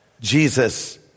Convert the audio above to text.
Jesus